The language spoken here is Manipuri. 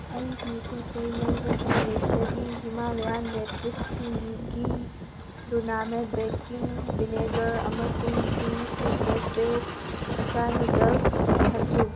ꯑꯩꯒꯤ ꯄꯣꯠꯆꯩ ꯂꯩꯕꯒꯤ ꯂꯤꯁꯇꯒꯤ ꯍꯤꯃꯥꯂꯌꯥꯟ ꯅꯦꯇꯤꯞꯁꯁꯤꯡꯒꯤ ꯄꯨꯔꯅꯥꯃꯦꯠ ꯕꯦꯀꯤꯡ ꯕꯤꯅꯦꯒꯔ ꯑꯃꯁꯨꯡ Ching's secret veg Hakka noodles ꯀꯛꯊꯠꯂꯨ